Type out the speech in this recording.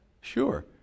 Sure